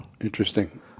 Interesting